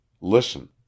Listen